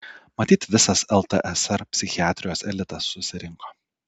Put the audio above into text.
matyt visas ltsr psichiatrijos elitas susirinko